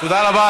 תודה רבה.